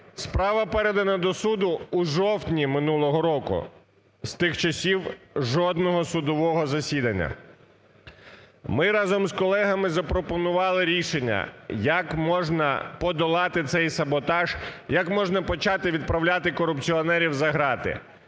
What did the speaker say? Справа передана до суду у жовтні минулого року. З тих часів жодного судового засідання. Ми разом з колегами запропонували рішення, як можна подолати цей саботаж, як можна почати відправляти корупціонерів за грати.